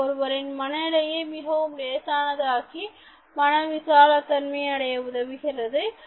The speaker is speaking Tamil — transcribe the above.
இவை ஒருவரின் மனநிலையை மிகவும் லேசானதாக்கி மற்றும் மன விசால தன்மையை அடைய உதவுகிறது